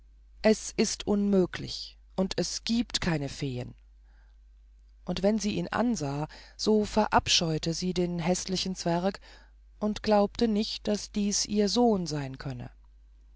es ist unmöglich und es gibt keine feen und wenn sie ihn ansah so verabscheute sie den häßlichen zwerg und glaubte nicht daß dies ihr sohn sein könne